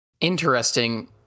interesting